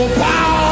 power